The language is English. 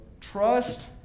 Trust